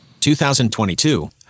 2022